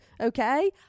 okay